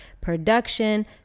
production